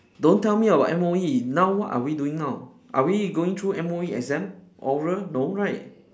don't tell me about M_O_E now what are we doing now are we going through M_O_E exam oral no right